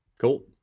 cool